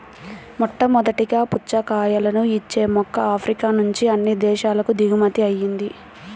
మొట్టమొదటగా పుచ్చకాయలను ఇచ్చే మొక్క ఆఫ్రికా నుంచి అన్ని దేశాలకు దిగుమతి అయ్యింది